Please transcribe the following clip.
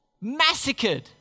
Massacred